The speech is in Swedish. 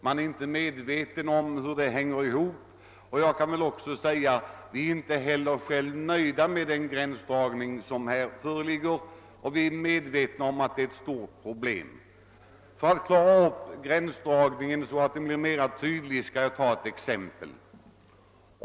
Man är inte medveten om hur det hela hänger ihop, och själv kan jag säga att vi inte är nöjda med den gränsdragning som föreligger. Vi inser att det här finns ett stort problem. För att bättre åskådliggöra gränsdragningsproblemet skall jag ta ett exem pel.